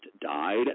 died